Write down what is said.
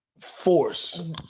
force